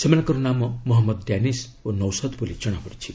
ସେମାନଙ୍କର ନାମ ମହମ୍ମଦ୍ ଡ୍ୟାନିସ୍ ଓ ନୌସାଦ୍ ବୋଲି ଜଣାପଡ଼ିଛି